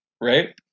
right